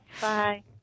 Bye